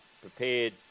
prepared